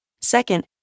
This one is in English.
Second